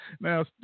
Now